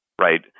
right